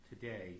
today